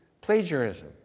plagiarism